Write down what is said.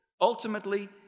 Ultimately